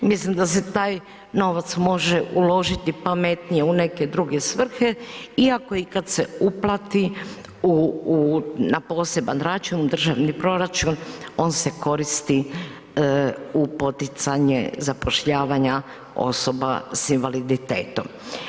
Mislim da se taj novac može uložiti pametnije u neke druge svrhe, iako i kada se uplati na poseban račun u državni proračun on se koristi za poticanje zapošljavanja osoba s invaliditetom.